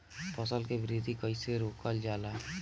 फसल के वृद्धि कइसे रोकल जाला?